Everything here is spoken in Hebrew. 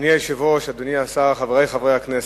אדוני היושב-ראש, אדוני השר, חברי חברי הכנסת,